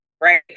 Right